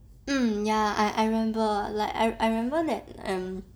um ya I I remember like I I remember that um